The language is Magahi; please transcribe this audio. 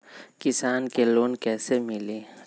किसान के लोन कैसे मिली?